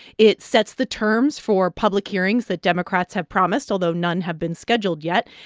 it sets the terms for public hearings that democrats have promised, although none have been scheduled yet.